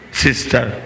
sister